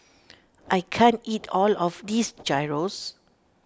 I can't eat all of this Gyros